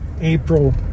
April